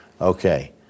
Okay